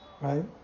Right